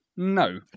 No